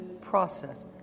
process